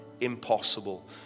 impossible